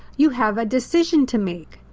you have a decision to make.